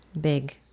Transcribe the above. big